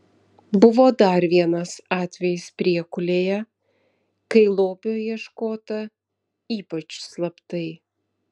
buvo dar vienas atvejis priekulėje kai lobio ieškota ypač slaptai